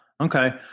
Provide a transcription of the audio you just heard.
Okay